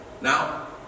Now